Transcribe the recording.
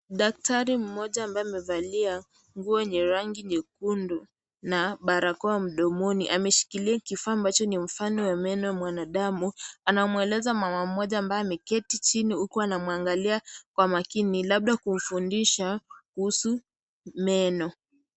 Daktari mmoja ambaye amevalia nguo yenye rangi nyekundu na barakoa mdomoni , ameshikilia kifaa ambacho ni mfano wa meno ya mwanadamu anamweleza mama mmoja ambaye ameketi chini huku anamwangalia kwa makini labda kumfundisha kuhusu meno .